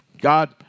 God